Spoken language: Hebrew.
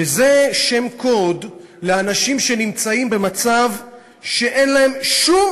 וזה שם קוד לאנשים שנמצאים במצב שאין להם שום